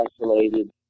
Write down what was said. isolated